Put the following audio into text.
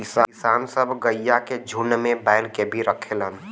किसान सब गइया के झुण्ड में बैल के भी रखेलन